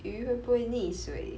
鱼会不会溺水